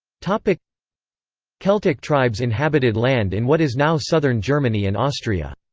celtic celtic tribes inhabited land in what is now southern germany and austria.